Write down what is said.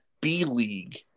B-League